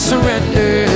surrender